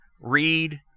read